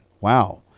wow